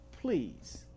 Please